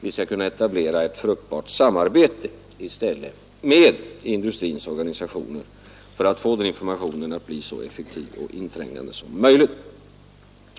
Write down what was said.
vi i stället skall kunna etablera ett fruktbart samarbete med industrins organisationer för att få den informationen så effektiv och inträngande som möjligt.